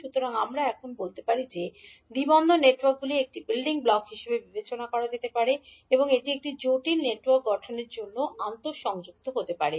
সুতরাং আমরা এখন বলতে পারি যে দ্বি পোর্ট নেটওয়ার্কগুলি একটি বিল্ডিং ব্লক হিসাবে বিবেচনা করা যেতে পারে এবং এটি একটি জটিল নেটওয়ার্ক গঠনের জন্য আন্তঃসংযুক্ত হতে পারে